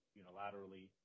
unilaterally